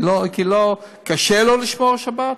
כי קשה לו לשמור שבת?